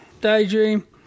Daydream